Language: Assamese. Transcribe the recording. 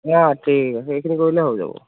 অ' ঠিক আছে সেইখিনি কৰিলেই হৈ যাব